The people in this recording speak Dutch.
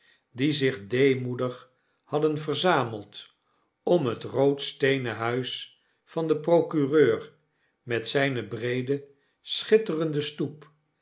die zich deemoedig hadden verzameld om het rood steenen huis van den procureur met zyne breede schitterende stoep